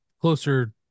closer